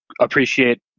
appreciate